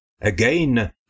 Again